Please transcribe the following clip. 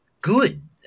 good